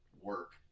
work